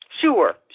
Sure